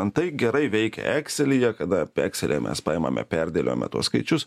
antai gerai veika ekselyje kada ekselyje mes paimame perdėliojome tuos skaičius